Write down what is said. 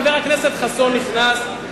חבר הכנסת חסון נכנס,